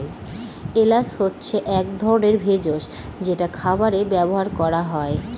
এলাচ হচ্ছে এক ধরনের ভেষজ যেটা খাবারে ব্যবহার করা হয়